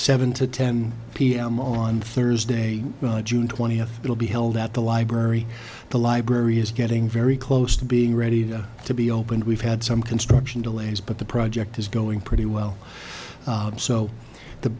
seven to ten p m on thursday june twentieth it'll be held at the library the library is getting very close to being ready to be opened we've had some construction delays but the project is going pretty well so the